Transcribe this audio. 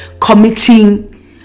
committing